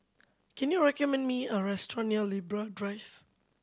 can you recommend me a restaurant near Libra Drive